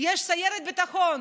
יש סיירת ביטחון.